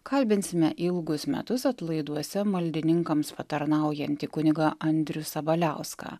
kalbinsime ilgus metus atlaiduose maldininkams patarnaujantį kunigą andrių sabaliauską